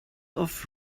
off